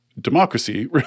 democracy